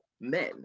men